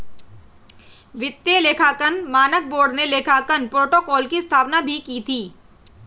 वित्तीय लेखांकन मानक बोर्ड ने लेखांकन प्रोटोकॉल की स्थापना भी की थी